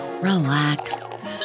relax